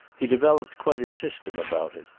he developed quite a system about it.